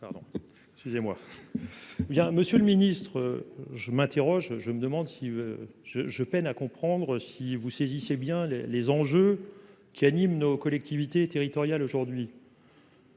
Monsieur le ministre, je peine à comprendre si vous saisissiez bien les enjeux qui se présentent à nos collectivités territoriales aujourd'hui.